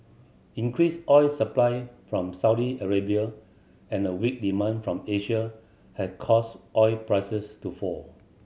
increased oil supply from Saudi Arabia and a weak demand from Asia has caused oil prices to fall